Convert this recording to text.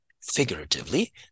Figuratively